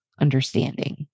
understanding